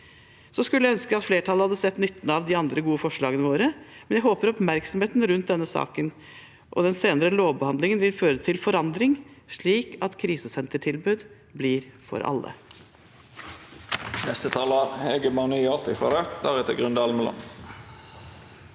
Jeg skulle ønske at flertallet hadde sett nytten av de andre gode forslagene våre, men jeg håper oppmerksomheten rundt denne saken og den senere lovbehandlingen vil føre til forandring, slik at krisesentertilbudet blir for alle.